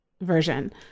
version